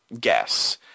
guess